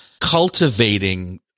cultivating